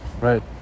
Right